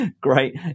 Great